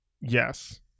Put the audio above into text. Yes